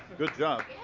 good job.